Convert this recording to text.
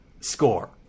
score